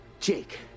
Jake